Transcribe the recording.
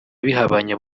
bihabanye